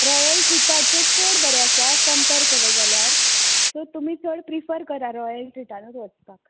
royal ट्रिटाचें चड बरें आसा कंपॅर केलें जाल्यार सो तुमी चड प्रिफर करा रॉयल ट्रिटानूच वचपाक